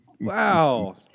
Wow